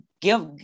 give